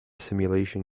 simulation